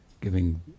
giving